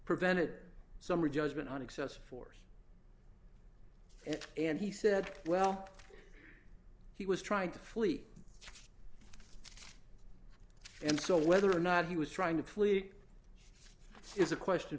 prevented summary judgment on excessive force and he said well he was trying to flee and so whether or not he was trying to flee is a question